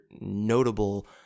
notable